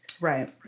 Right